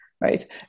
right